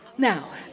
Now